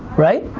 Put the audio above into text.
right.